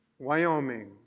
Wyoming